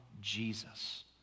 Jesus